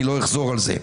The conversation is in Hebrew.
ואני לא אחזור על זה,